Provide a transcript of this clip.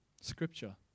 Scripture